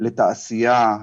לתעשייה,